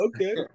Okay